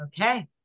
okay